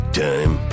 time